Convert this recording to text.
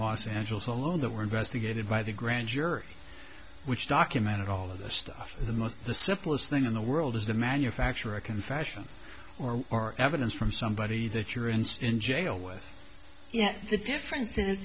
los angeles alone that were investigated by the grand jury which documented all of the stuff the most the simplest thing in the world is the manufacture a confession or our evidence from somebody that your instant jail with you know the difference